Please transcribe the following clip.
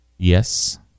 Yes